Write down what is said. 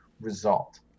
result